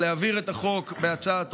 היא להעביר את החוק בהצעה טרומית,